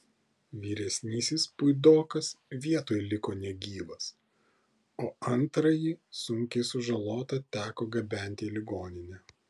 vyresnysis puidokas vietoj liko negyvas o antrąjį sunkiai sužalotą teko gabenti į ligoninę